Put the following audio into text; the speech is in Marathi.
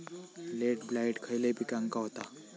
लेट ब्लाइट खयले पिकांका होता?